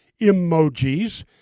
emojis